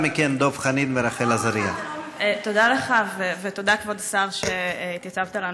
לך, אבל, חברת הכנסת סתיו שפיר.